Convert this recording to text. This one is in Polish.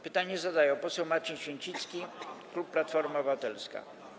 Pytanie zadaje poseł Marcin Święcicki, klub Platforma Obywatelska.